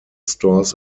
stores